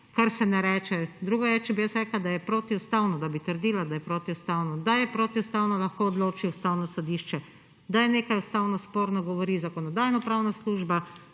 česar se ne reče, drugo je, če bi rekla, da je protiustavno, da bi trdila, da je protiustavno. Da je protiustavno lahko odloči Ustavno sodišče. Da je nekaj ustavno sporno, govori Zakonodajno-pravna služba